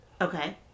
Okay